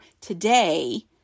today